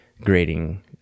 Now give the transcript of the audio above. grading